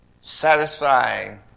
Satisfying